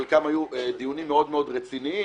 חלקם היו דיונים מאוד מאוד רציניים.